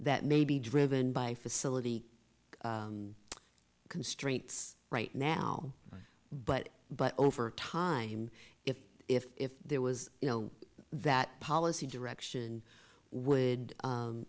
that may be driven by facility constraints right now but but over time if if if there was you know that policy direction would